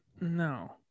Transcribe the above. No